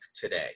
today